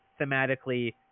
thematically